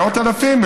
מאות אלפים,